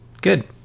Good